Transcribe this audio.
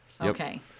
Okay